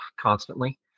constantly